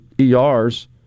ERs